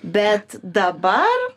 bet dabar